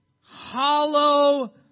hollow